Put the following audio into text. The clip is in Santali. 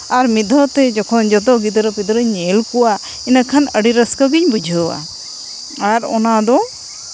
ᱟᱨ ᱢᱤᱫ ᱫᱷᱟᱹᱣ ᱛᱮ ᱡᱚᱠᱷᱚᱱ ᱡᱚᱛᱚ ᱜᱤᱫᱽᱨᱟᱹᱼᱯᱤᱫᱽᱨᱟᱹᱧ ᱧᱮᱞ ᱠᱚᱣᱟ ᱤᱱᱟᱹ ᱠᱷᱟᱱ ᱟᱹᱰᱤ ᱨᱟᱹᱥᱠᱟᱹ ᱜᱤᱧ ᱵᱩᱡᱷᱟᱹᱣᱟ ᱟᱨ ᱚᱱᱟ ᱫᱚ